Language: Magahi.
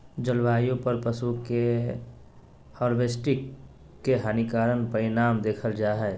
जलवायु पर पशु के हार्वेस्टिंग के हानिकारक परिणाम देखल जा हइ